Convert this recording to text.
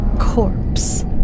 corpse